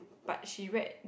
but she read